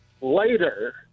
later